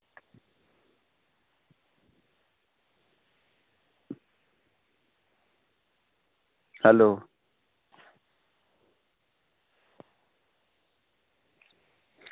hello